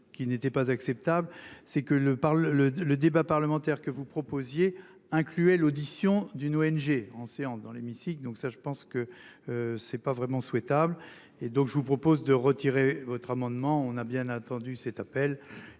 Qui n'était pas acceptable, c'est que le par le le le débat parlementaire que vous proposiez incluait l'audition d'une ONG en séance dans l'hémicycle. Donc ça je pense que. C'est pas vraiment souhaitable. Et donc je vous propose de retirer votre amendement on a bien attendu cet appel